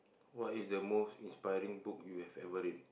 what is the most inspiring book you have ever read